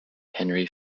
henri